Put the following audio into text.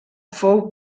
fou